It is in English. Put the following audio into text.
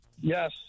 Yes